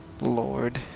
Lord